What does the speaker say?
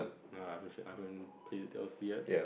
nah I haven't I haven't played the D_L_C yet